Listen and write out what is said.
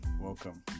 Welcome